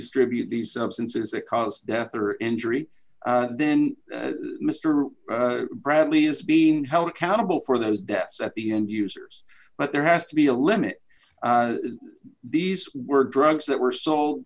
distribute these substances that cause death or injury then mister bradley is being held accountable for those deaths at the end users but there has to be a limit these were drugs that were so